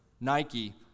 Nike